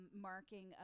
marking